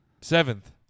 Seventh